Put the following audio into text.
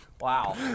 Wow